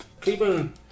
keeping